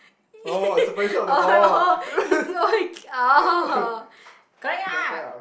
oh oh is it !oi! orh correct lah